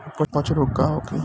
अपच रोग का होखे?